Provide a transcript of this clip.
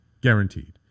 Guaranteed